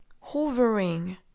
hovering